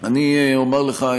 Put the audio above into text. אני אומר לך,